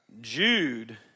Jude